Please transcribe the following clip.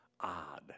odd